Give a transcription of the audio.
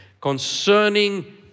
concerning